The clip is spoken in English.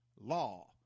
law